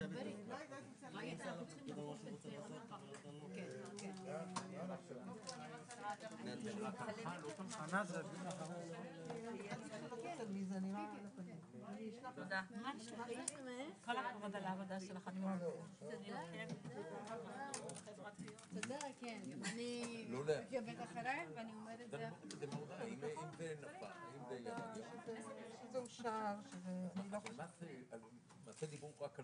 13:09.